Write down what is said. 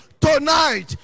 Tonight